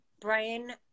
Brian